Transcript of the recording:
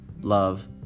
love